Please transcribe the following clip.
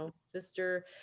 sister